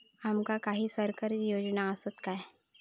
आमका काही सरकारी योजना आसत काय?